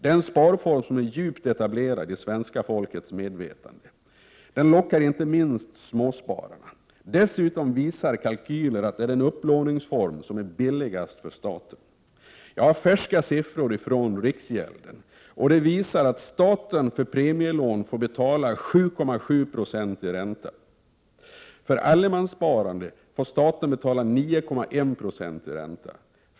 Det är en sparform som är djupt etablerad i svenska folkets medvetande. Den lockar inte minst småspararna. Dessutom visar kalkyler att det är den upplåningsform som är billigast för staten. Jag har färska siffror från riksgäldskontoret som visar att staten för premielån får betala 7,7 90 i ränta. För allemanssparande får staten betala 9,1 Zi ränta.